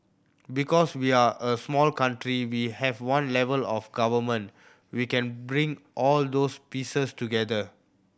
because we're a small country we have one level of Government we can bring all those pieces together